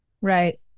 Right